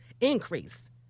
increase